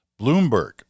Bloomberg